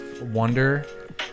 wonder